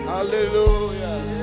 Hallelujah